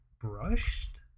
brushed